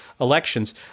elections